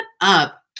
up